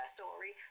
story